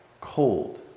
cold